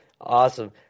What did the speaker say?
Awesome